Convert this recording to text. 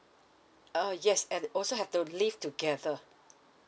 uh yes and also have to live together